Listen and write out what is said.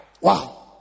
Wow